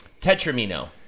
Tetramino